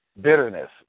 bitterness